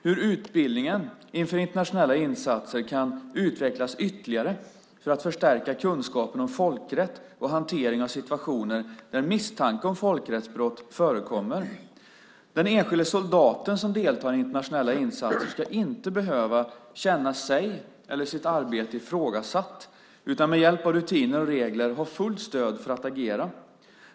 Hur utbildningen inför internationella insatser kan utvecklas ytterligare för att förstärka kunskapen om folkrätt och hanteringen av situationer där misstanke om folkrättsbrott förekommer. Den enskilde soldaten som deltar i internationella insatser ska inte behöva känna sig eller sitt arbete ifrågasatt, utan ska med hjälp av rutiner och regler ha fullt stöd för att agera.